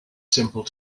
simple